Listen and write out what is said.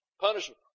punishment